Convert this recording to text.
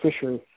Fisher